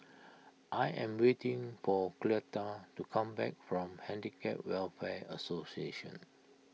I am waiting for Cleta to come back from Handicap Welfare Association